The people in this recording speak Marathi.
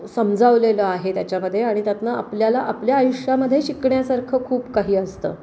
समजावलेलं आहे त्याच्यामध्ये आणि त्यातून आपल्याला आपल्या आयुष्यामध्ये शिकण्यासारखं खूप काही असतं